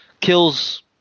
Kills